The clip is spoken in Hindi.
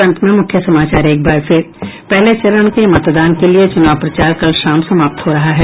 और अब अंत में मुख्य समाचार पहले चरण के मतदान के लिये चुनाव प्रचार कल शाम समाप्त हो रहा है